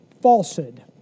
falsehood